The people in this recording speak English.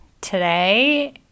today